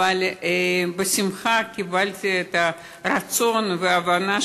אבל בשמחה קיבלתי את הרצון ואת ההבנה